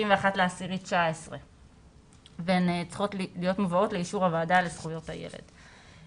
באוקטובר 2019. הן צריכות להיות מובאות לאישור הוועדה לזכויות הילד.